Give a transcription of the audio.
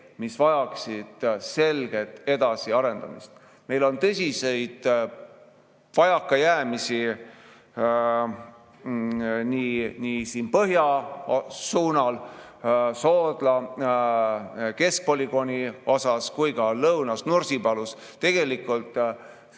mis vajaksid selget edasiarendamist. Meil on tõsiseid vajakajäämisi nii põhja suunal, Soodla keskpolügoonil, kui ka lõunas, Nursipalus. Ka siin tuleks